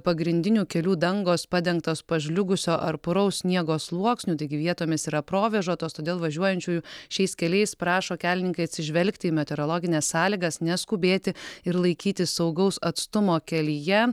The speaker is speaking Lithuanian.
pagrindinių kelių dangos padengtos pažliugusio ar puraus sniego sluoksniu taigi vietomis yra provėžotos todėl važiuojančiųjų šiais keliais prašo kelininkai atsižvelgti į meteorologines sąlygas neskubėti ir laikytis saugaus atstumo kelyje